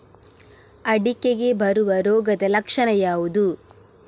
ಅಡಿಕೆಗೆ ಬರುವ ರೋಗದ ಲಕ್ಷಣ ಯಾವುದು?